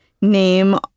name